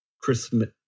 Christmas